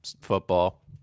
football